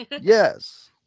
Yes